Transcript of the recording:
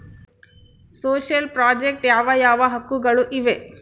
Social project ಯಾವ ಯಾವ ಹಕ್ಕುಗಳು ಇವೆ?